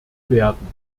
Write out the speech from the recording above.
werden